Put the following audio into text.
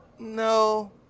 No